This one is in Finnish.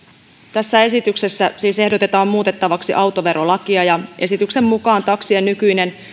tässä esityksessä siis ehdotetaan muutettavaksi autoverolakia ja esityksen mukaan taksien nykyinen